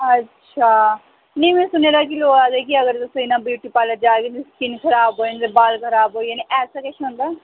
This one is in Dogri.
अच्छा नेईं में सुने दा ऐ कि लोक आखदे न कि अगर तुस इन्ना ब्यूटीपार्लर जाह्गे तुंदी स्किन खराब होई जाानी बाल खराब होई जाने ऐसा किश मतलब